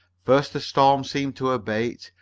first the storm seemed to abate,